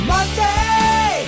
Monday